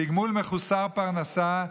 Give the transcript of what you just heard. תגמול מחוסר פרנסה,